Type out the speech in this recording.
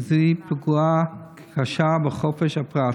וזאת פגיעה קשה בחופש הפרט.